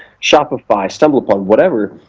shopify, stumbleupon, whatever,